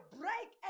break